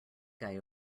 guy